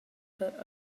per